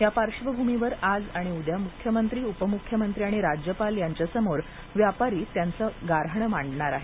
त्या पार्श्वभूमीवर आज आणि उद्या मुख्यमंत्री उपमुख्यमंत्री आणि राज्यपाल यांच्यासमोर व्यापारी त्यांच गार्हाण मांडणार आहेत